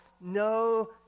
no